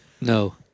No